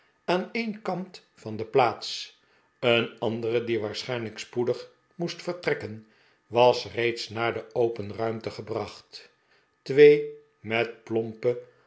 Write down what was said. aan een kant van de plaats een andere die p waarschijnlijk spoedig moest vertrekken was reeds naar de open ruimte gebracht twee met plompe